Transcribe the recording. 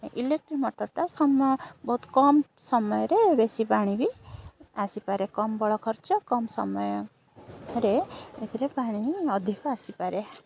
electric ମୋଟର୍ଟା ସମୟ ବହୁତ କମ୍ ସମୟରେ ବେଶୀ ପାଣି ବି ଆସିପାରେ କମ୍ ବଳ ଖର୍ଚ୍ଚ କମ୍ ସମୟରେ ଏଥିରେ ପାଣି ଅଧିକ ଆସିପାରେ